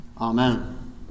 Amen